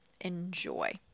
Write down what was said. enjoy